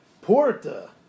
Porta